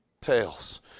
tails